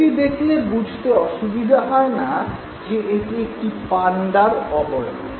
এটি দেখলে বুঝতে অসুবিধা হয়না যে এটি একটি পান্ডার অবয়ব